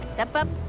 step up.